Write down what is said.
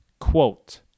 quote